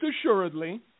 assuredly